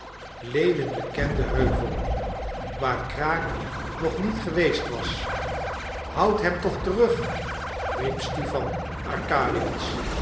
lewin bekenden heuvel waar kraak nog niet geweest was houd hem toch terug riep stipan